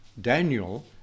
Daniel